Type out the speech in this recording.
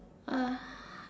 uh